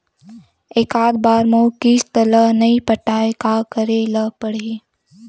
एकात बार मोर किस्त ला नई पटाय का करे ला पड़ही?